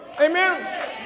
Amen